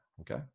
okay